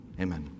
Amen